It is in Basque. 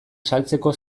saltzeko